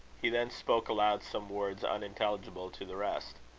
he then spoke aloud some words unintelligible to the rest.